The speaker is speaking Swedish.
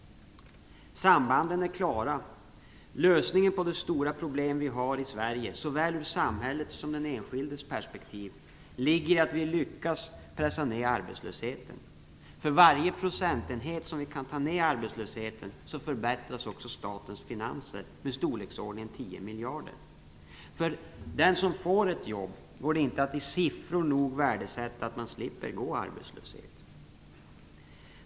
Sambanden är klara. Lösningen på de stora problem som vi har i Sverige - såväl ur samhällets som ur den enskildes perspektiv - ligger i att vi lyckas pressa ned arbetslösheten. För varje procentenhet minskad arbetslöshet förbättras statens finanser med i storleksordningen 10 miljarder kronor. För den som får ett jobb går det inte att i siffror nog värdesätta att man slipper gå arbetslös.